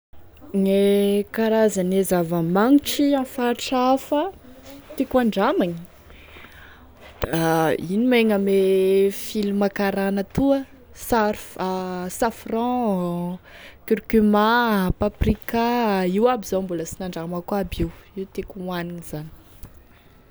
Gne karazane zava-magnitry ame faritra hafa tiako handramagny da ino mein ame film karana toa, sarf- safran, curcuma, paprika io aby zany mbola sy nandramako io, tiako hoanigny zany.